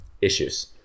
issues